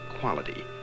quality